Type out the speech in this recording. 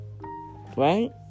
Right